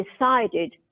decided